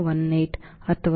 018 0